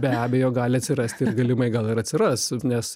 be abejo gali atsirasti ir galimai gal ir atsiras nes